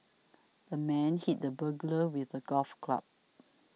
the man hit the burglar with a golf club